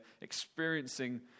experiencing